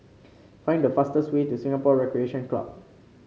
find the fastest way to Singapore Recreation Club